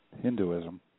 Hinduism